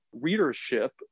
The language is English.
readership